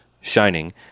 shining